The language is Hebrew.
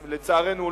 לצערנו,